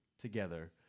together